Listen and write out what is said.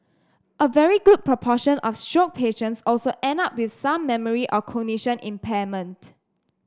a very good proportion of stroke patients also end up with some memory or cognition impairment